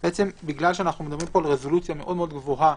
בגלל שאנחנו מדברים פה על רזולוציה מאוד-מאוד גבוהה